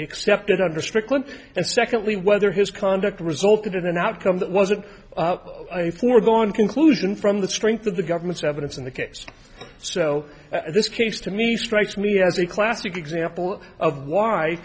accepted under strickland and secondly whether his conduct resulted in an outcome that wasn't a foregone conclusion from the strength of the government's evidence in the case so this case to me strikes me as a classic example of why